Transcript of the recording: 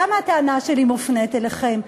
למה הטענה שלי מופנית אליכם?